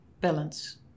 balance